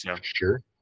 Sure